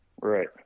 Right